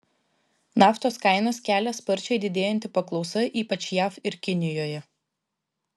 naftos kainas kelia sparčiai didėjanti paklausa ypač jav ir kinijoje